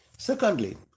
Secondly